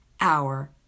hour